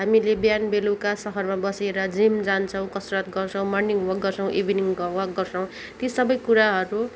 हामीले बिहान बेलुका सहरमा बसेर जिम जान्छौँ कसरत गर्छौँ मर्निङ वल्क गर्छौँ इभिनिङ वल्क गर्छौँ ती सबै कुराहरू